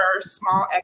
small